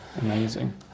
Amazing